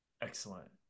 excellent